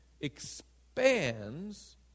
expands